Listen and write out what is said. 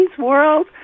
world